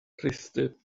rhithdyb